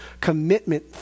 commitment